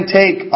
take